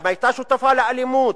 האם היתה שותפה לאלימות,